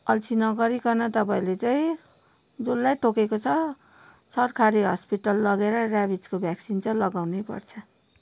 अल्छी नगरीकन तपाईँहरूले चाहिँ जसलाई टोकेको छ सरकारी हस्पिटल लगेर ऱ्याबिजको भ्याक्सिन चाहिँ लगाउनै पर्छ